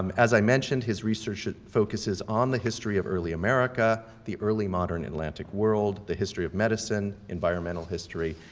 um as i mentioned, his research focuses on the history of early america, the early modern atlantic world, the history of medicine, environmental history,